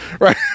right